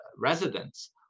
residents